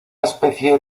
especie